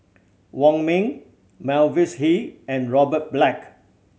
Wong Ming Mavis Hee and Robert Black